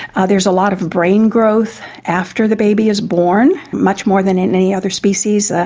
ah there is a lot of brain growth after the baby is born, much more than any other species. ah